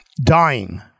dying